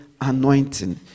anointing